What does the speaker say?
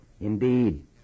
Indeed